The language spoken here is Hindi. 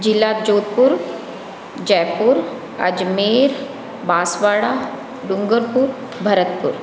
ज़िला जोधपुर जयपुर अजमेर बांसवाड़ा डुंगरपुर भरतपुर